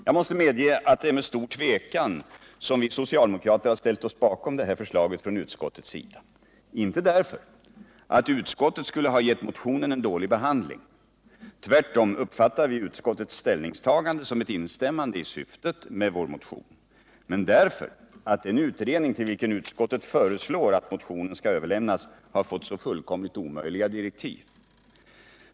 Jag måste medge att det är med stor tvekan som vi socialdemokrater har ställt oss bakom det här förslaget från utskottets sida, inte därför att utskottet skulle ha gett motionen en dålig behandling — tvärtom uppfattar vi utskottets ställningstagande som ett instämmande i syftet med vår motion — men därför att den utredning till vilken utskottet föreslår att motionen skall överlämnas har fått så fullkomligt omöjliga direktiv.